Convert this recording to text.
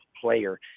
player